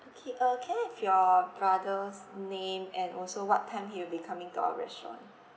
okay uh can I have your brother's name and also what time he will be coming to our restaurant